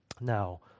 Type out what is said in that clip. Now